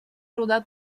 rodar